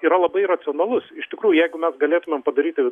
yra labai racionalus iš tikrųjų jeigu mes galėtumėm padaryti